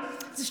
אבל תשמע,